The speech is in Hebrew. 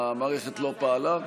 המערכת לא פעלה?